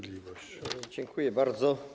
Dziękuję bardzo.